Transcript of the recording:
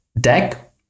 deck